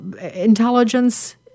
intelligence